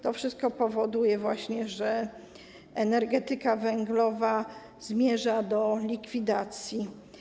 To wszystko powoduje, że energetyka węglowa zmierza do likwidacji.